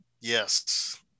Yes